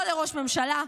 לא לראש הממשלה,